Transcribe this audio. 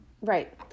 right